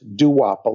duopoly